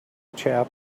chap